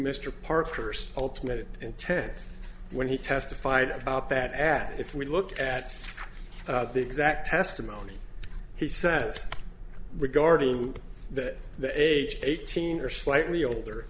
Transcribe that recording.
mr parker's ultimate intent when he testified about that ad if we look at the exact testimony he says regarding that the age eighteen or slightly older